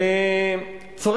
תודה, אדוני השר, על הצטרפותך.